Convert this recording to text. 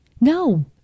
No